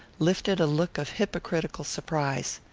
lifted a look of hypocritical surprise.